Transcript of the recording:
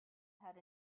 had